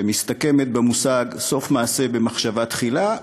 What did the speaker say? שמסתכמת במושג "סוף מעשה במחשבה תחילה",